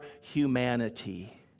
humanity